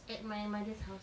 at my mother's house